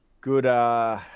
Good